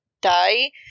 die